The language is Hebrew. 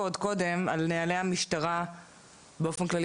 עוד קודם שאלות על נהלי המשטרה באופן כללי.